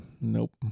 Nope